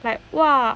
like !wah!